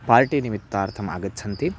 पार्टिनिमित्तार्थम् आगच्छन्ति